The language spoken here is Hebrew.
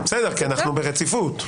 בסדר, כי אנחנו ברציפות.